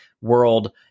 world